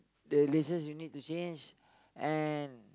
the laces you need to change and